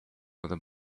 where